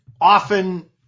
often